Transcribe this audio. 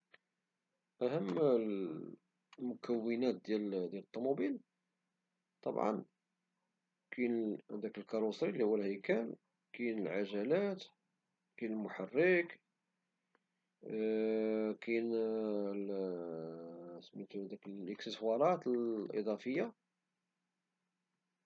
أهم المكونات ديال الطوموبيل, طبعا كاين الكاروسري- الهيكل- كاين العجلات, كاين المحرك كاين ديك الاكسسوارات الإضافية.